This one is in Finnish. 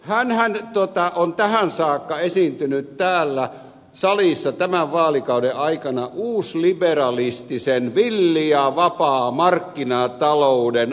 hänhän on tähän saakka esiintynyt täällä salissa tämän vaalikauden aikana uusliberalistisen villin ja vapaan markkinatalouden airueena